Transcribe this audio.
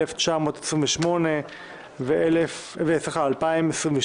1928 ו-2022.